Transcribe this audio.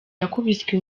yakubiswe